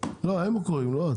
לא, הם קוראים לא את.